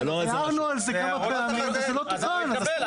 הערנו על זה כמה פעמים וזה לא תוקן.